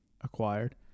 acquired